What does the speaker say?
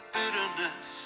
bitterness